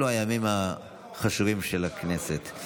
אלו הימים החשובים של הכנסת.